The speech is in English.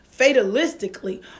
fatalistically